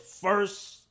first